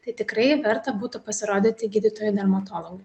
tai tikrai verta būtų pasirodyti gydytojui dermatologui